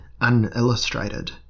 unillustrated